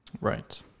right